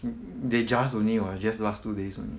mm they just only what just last two days only